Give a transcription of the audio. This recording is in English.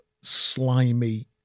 slimy